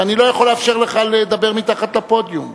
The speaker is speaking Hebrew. שאני לא יכול לאפשר לך לדבר מתחת לפודיום.